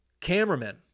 Cameraman